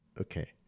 Okay